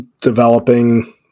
developing